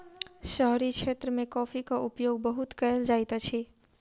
शहरी क्षेत्र मे कॉफ़ीक उपयोग बहुत कयल जाइत अछि